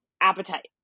appetite